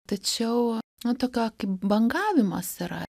tačiau natokio kaip bangavimas yra